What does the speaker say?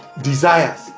desires